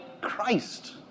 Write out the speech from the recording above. Christ